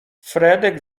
fredek